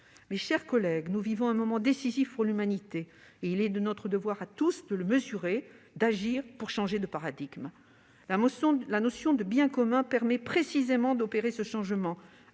Mes chers collègues, nous vivons un moment décisif pour l'humanité. Il est de notre devoir à tous de le mesurer et d'agir pour changer de paradigmes. La notion de « bien commun » permet précisément d'opérer ce changement,